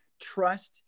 Trust